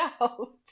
out